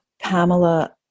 Pamela